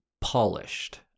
polished